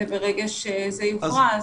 וברגע שזה יוכרע,